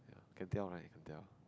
can tell lah you can tell